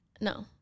No